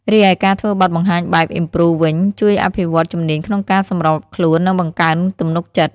រីឯការធ្វើបទបង្ហាញបែប improv វិញ ជួយអភិវឌ្ឍជំនាញក្នុងការសម្របខ្លួន និងបង្កើនទំនុកចិត្ត